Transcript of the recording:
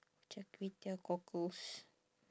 char kway teow cockles